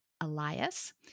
Elias